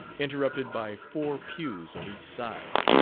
interrupted by four pews on each side,